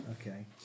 Okay